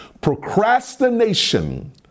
Procrastination